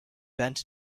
bent